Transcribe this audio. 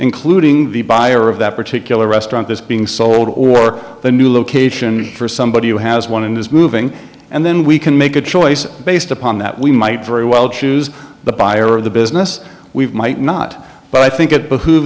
including the buyer of that particular restaurant this being sold or the new location for somebody who has one and is moving and then we can make a choice based upon that we might very well choose the buyer of the business we've might not but i think it